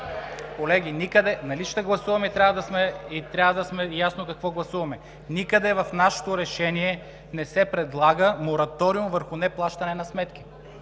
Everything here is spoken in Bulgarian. Колеги! Нали ще гласуваме и трябва да сме наясно какво гласуваме. Никъде в нашето решение не се предлага мораториум върху неплащане на сметки.